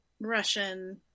Russian